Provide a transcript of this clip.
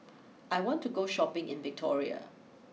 I want to go Shopping in Victoria